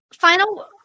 Final